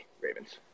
Ravens